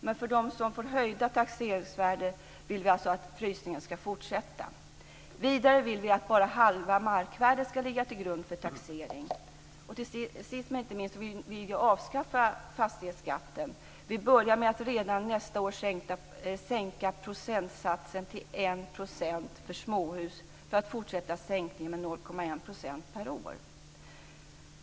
Men för dem som får höjda taxeringsvärden vill vi alltså att frysningen ska fortsätta. Vidare vill vi att bara halva markvärdet ska ligga till grund för taxering. Sist men inte minst vill vi avskaffa fastighetsskatten. Vi vill redan nästa år sänka procentsatsen till 1 % för småhus och fortsätter sänkningen med 0,1 % per år.